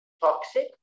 toxic